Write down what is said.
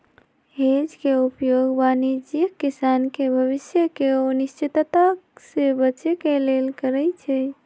hedge के उपयोग वाणिज्यिक किसान भविष्य के अनिश्चितता से बचे के लेल करइ छै